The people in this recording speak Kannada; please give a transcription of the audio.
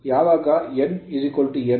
ಯಾವಾಗ n ns slip 0